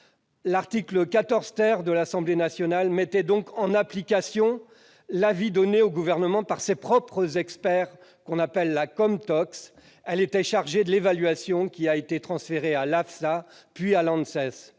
L'article 14 adopté par l'Assemblée nationale mettait donc en application l'avis donné au Gouvernement par ses propres experts de la Comtox, chargée de l'évaluation, qui a été transférée à l'AFSSA, puis à l'ANSES.